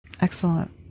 Excellent